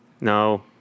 No